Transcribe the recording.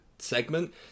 segment